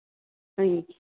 सई